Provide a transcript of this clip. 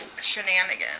shenanigans